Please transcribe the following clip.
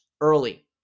early